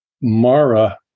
Mara